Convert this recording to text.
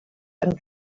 and